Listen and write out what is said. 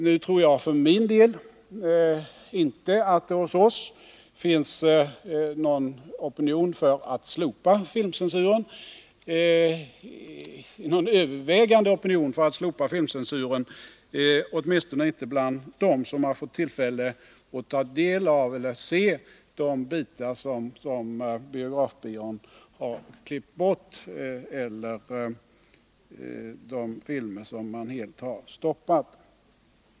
Nu tror jag för min del inte att det hos oss finns någon övervägande opinion för att slopa filmcensuren — åtminstone inte bland dem som har fått tillfälle att se de bitar som biografbyrån har klippt bort eller de filmer som man helt har stoppat.